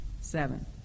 Seven